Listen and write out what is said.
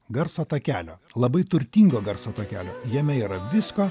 garso takelio labai turtingo garso takelio jame yra visko